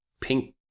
pink